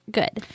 good